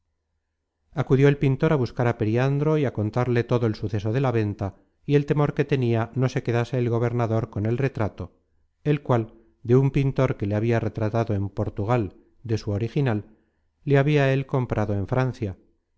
acudió el pintor á buscar á periandro y á contarle todo el suceso de la venta y el temor que tenia no se quedase el gobernador con el retrato el cual de un pintor que le habia retratado en portugal de su original le habia él comprado en francia